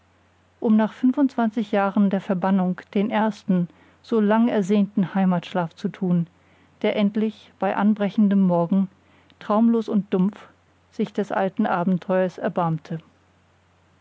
um nach fünfundzwanzig jahren der verbannung den ersten so lang ersehnten heimatschlaf zu tun der endlich bei anbrechendem morgen traumlos und dumpf sich des alten abenteurers erbarmte